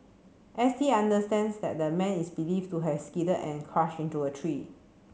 S T understands that the man is believed to have skidded and crashed into a tree